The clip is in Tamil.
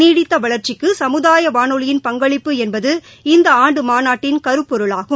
நீடித்த வளர்ச்சிக்கு சமுதாய வானொலியின் பங்களிப்பு என்பது இந்த ஆண்டு மாநாட்டின் கருப்பொருளாகும்